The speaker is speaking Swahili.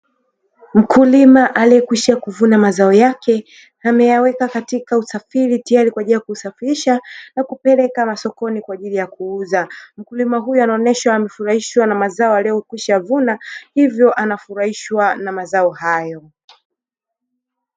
Mkulima aliyekwisha kuvuna mazao yake ameyaweka katika usafiri tayari kwa ajili ya kusafirisha na kupeleka masokoni kwa ajili ya kuuza mkulima huyu anaonyeshwa amefurahishwa na mazao aliokwishavuna hivyo anafurahishwa na mazao hayo.